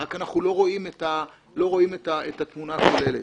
רק שאנחנו לא רואים את התמונה הכוללת.